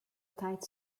tight